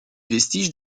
vestiges